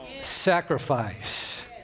sacrifice